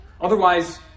Otherwise